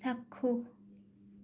চাক্ষুষ